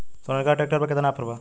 Sonalika tractor पर केतना offer बा?